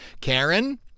Karen